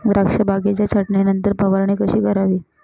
द्राक्ष बागेच्या छाटणीनंतर फवारणी कशी करावी?